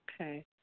Okay